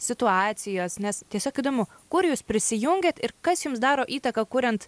situacijos nes tiesiog įdomu kur jūs prisijungiat ir kas jums daro įtaką kuriant